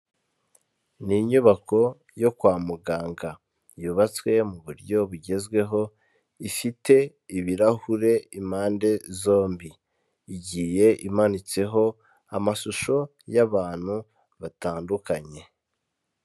Ni inyubako yo kwa muganga, yubatswe mu buryo bugezweho, ifite ibirahure impande zombi, igiye imanitseho amashusho y'abantu batandukanye.